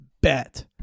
bet